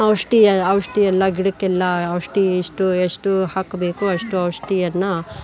ಔಷಧಿ ಔಷಧಿ ಎಲ್ಲ ಗಿಡಕ್ಕೆಲ್ಲ ಔಷಧಿ ಇಷ್ಟು ಎಷ್ಟು ಹಾಕಬೇಕು ಅಷ್ಟು ಔಷಧಿಯನ್ನ